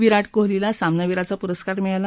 विराट कोइलीला सामनावीराचा पुरस्कार मिळाला